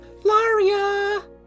Laria